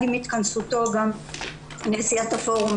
התכנסותו גם נשיאת הפורום,